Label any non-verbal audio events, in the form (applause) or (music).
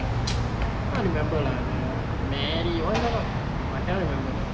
(noise) can't remember lah the mary or no no ah cannot remember